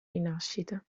rinascita